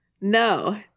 no